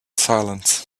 silence